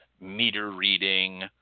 meter-reading